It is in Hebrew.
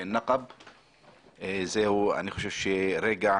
אני חושב שזהו רגע